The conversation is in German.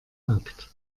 akt